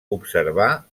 observar